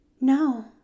No